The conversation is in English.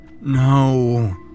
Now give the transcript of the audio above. No